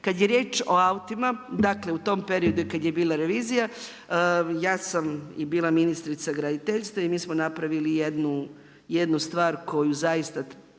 Kad je riječ o autima, dakle u tom periodu kad je bila revizija ja sam bila ministrica graditeljstva i mi smo napravili jednu stvar koju zaista